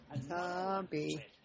Zombie